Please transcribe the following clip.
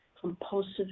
compulsive